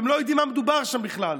והם לא יודעים על מה מדובר שם בכלל,